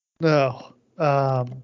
No